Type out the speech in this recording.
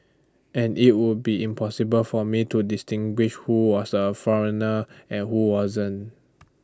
and IT would be impossible for me to distinguish who was A foreigner and who wasn't